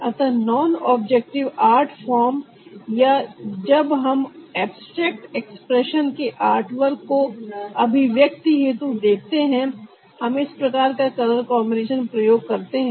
अतः non objective art form या जब हम एब्स्ट्रेक्ट एक्सप्रेशन के आर्टवर्क को अभिव्यक्ति हेतु देखते हैं हम इस प्रकार का कलर कॉन्बिनेशन प्रयोग करते हैं